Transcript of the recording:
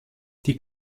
die